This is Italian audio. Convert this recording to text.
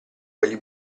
quelli